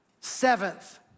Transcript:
seventh